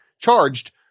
charged